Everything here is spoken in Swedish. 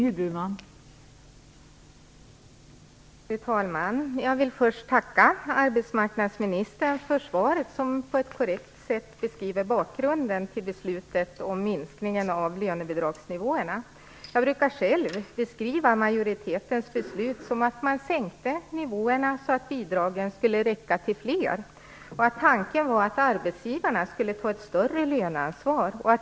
Fru talman! Jag vill först tacka arbetsmarknadsministern för svaret, som på ett korrekt sätt beskriver bakgrunden till beslutet om minskningen av lönebidragsnivåerna. Jag brukar själv beskriva majoritetens beslut som att man sänkte nivåerna så att bidragen skulle räcka till fler och att tanken var att arbetsgivarna skulle ta ett större löneansvar.